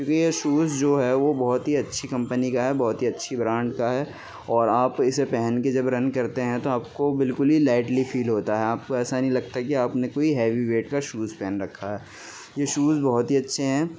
کیونکہ یہ شوز جو ہے وہ بہت ہی اچھی کمپنی کا ہے بہت ہی اچھی برانڈ کا ہے اور آپ اسے پہن کے جب رن کرتے ہیں تو آپ کو بالکل ہی لائٹلی فیل ہوتا ہے آپ کو ایسا نہیں لگتا کہ آپ نے کوئی ہیوی ویٹ کا شوز پہن رکھا ہے یہ شوز بہت ہی اچھے ہیں